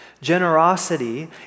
Generosity